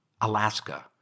Alaska